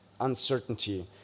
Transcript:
uncertainty